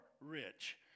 rich